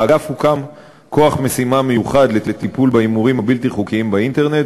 באגף הוקם כוח משימה מיוחד לטיפול בהימורים הבלתי-חוקיים באינטרנט,